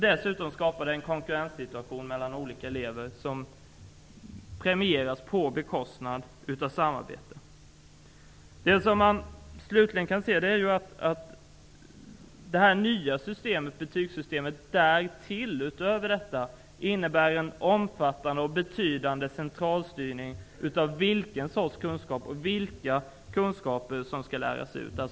Dessutom skapar det en konkurrenssituation mellan olika elever, på bekostnad av samarbete. Utöver detta innebär det nya betygssystemet en omfattande och betydande centralstyrning av vilken sorts kunskap och vilka kunskaper som skall läras ut.